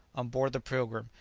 on board the pilgrim,